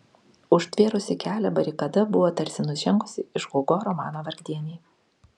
užtvėrusi kelią barikada buvo tarsi nužengusi iš hugo romano vargdieniai